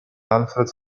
alfred